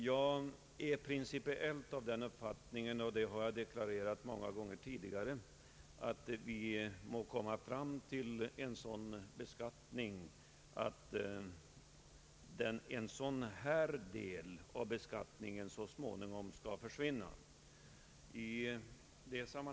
Jag är principiellt av den uppfattningen — det har jag hävdat många gånger tidigare — att vi skall försöka komma fram till en sådan beskattning att en del — som t.ex. denna — så småningom skall försvinna.